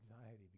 anxiety